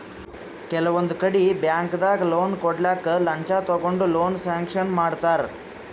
ಕೆಲವೊಂದ್ ಕಡಿ ಬ್ಯಾಂಕ್ದಾಗ್ ಲೋನ್ ಕೊಡ್ಲಕ್ಕ್ ಲಂಚ ತಗೊಂಡ್ ಲೋನ್ ಸ್ಯಾಂಕ್ಷನ್ ಮಾಡ್ತರ್